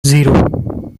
zero